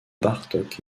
bartók